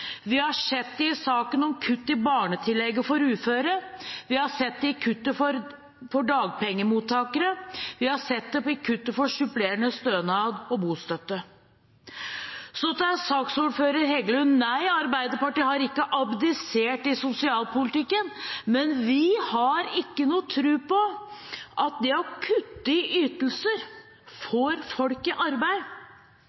Vi har sett det i saken om kutt i barnetillegget for uføre. Vi har sett det i kuttet for dagpengemottakere. Vi har sett det i kuttet i supplerende stønad og bostøtte. Så til saksordfører Heggelund: Nei, Arbeiderpartiet har ikke abdisert i sosialpolitikken, men vi har ikke tro på at det å kutte i ytelser får folk i arbeid. Arbeidsavklaringspengene skal jo gjøre akkurat det – få